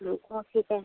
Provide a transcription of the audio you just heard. हमको ठीक है